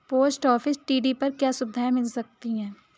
Post office TD पर क्या सुविधाएँ मिल सकती है?